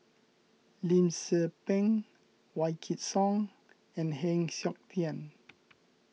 Lim Tze Peng Wykidd Song and Heng Siok Tian